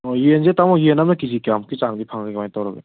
ꯑꯣ ꯌꯦꯟꯁꯦ ꯇꯥꯃꯣ ꯌꯦꯟ ꯑꯃꯅ ꯀꯦ ꯖꯤ ꯀꯌꯥꯃꯨꯛꯀꯤ ꯆꯥꯡꯗꯤ ꯐꯪꯉꯒꯦ ꯀꯃꯥꯏꯅ ꯇꯧꯔꯒꯦ